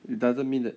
it doesn't mean that